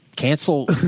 cancel